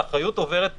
האחריות עוברת למחוקק,